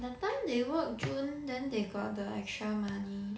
that time they work june then they got the extra money